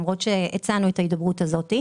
למרות שהצענו את ההידברות הזאת,